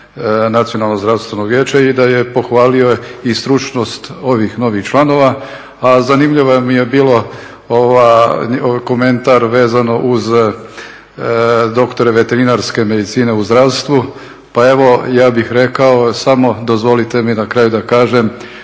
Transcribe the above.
Nacionalno zdravstvenog vijeća i da je pohvalio i stručnost ovih novih članova. A zanimljivo mi je bilo komentar vezano uz doktore veterinarske medicine u zdravstvu. Pa evo ja bih rekao samo dozvolite mi na kraju da kažem